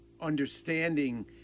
understanding